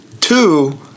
Two